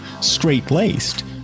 straight-laced